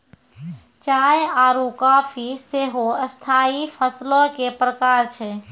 चाय आरु काफी सेहो स्थाई फसलो के प्रकार छै